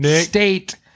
State